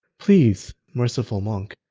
please, merciful monk,